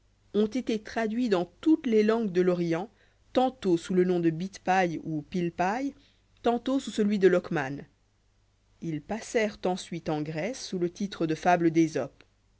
ont été ti aduits dans toutes les langues de l'orient tantôt sons le nom de bidpaï oa pilpai tantôt sous celui de lockman ils passèrent ensuite en grèce spus le titre de fables d'esope